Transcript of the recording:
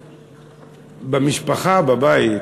במשפחה, בבית,